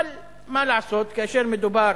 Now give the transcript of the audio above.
אבל מה לעשות, כאשר מדובר